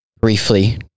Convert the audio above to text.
briefly